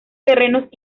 terrenos